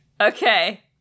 Okay